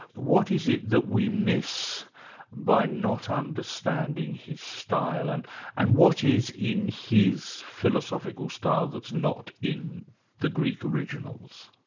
what is it that we miss by not understanding his style and and what is in his philosophical style that's not in the greek originals?